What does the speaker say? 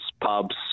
pubs